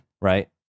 right